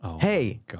Hey